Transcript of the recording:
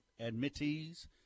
admittees